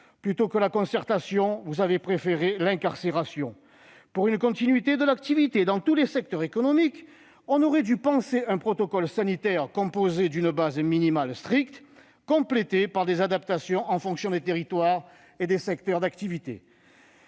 Plutôt que la concertation, vous avez préféré l'incarcération. Pour une continuité de l'activité dans tous les secteurs économiques, on aurait dû penser un protocole sanitaire composé d'une base minimale stricte puis complété par des adaptations en fonction des territoires et des secteurs d'activité.